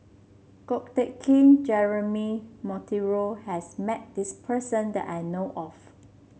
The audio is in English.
Ko Teck Kin Jeremy Monteiro has met this person that I know of